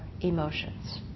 emotions